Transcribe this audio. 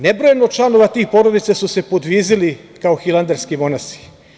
Nebrojeno članova tih porodica su se podvizili kao hilandarski monasi.